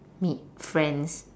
meet friends